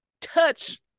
touch